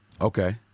Okay